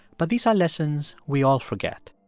but these are lessons we all forget.